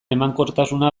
emankortasuna